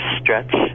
stretch